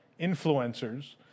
influencers